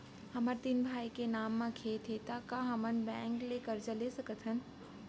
हमर तीन भाई के नाव म खेत हे त का हमन बैंक ले करजा ले सकथन?